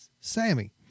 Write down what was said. sammy